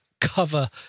cover